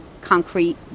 concrete